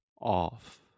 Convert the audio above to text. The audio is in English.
off